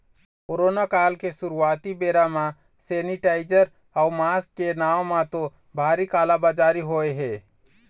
corona काल के शुरुआती बेरा म सेनीटाइजर अउ मास्क के नांव म तो भारी काला बजारी होय हे